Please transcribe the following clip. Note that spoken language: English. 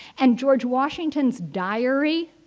and george washington's diary